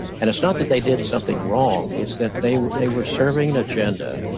and it's not that they did something wrong, it's that they they were serving an agenda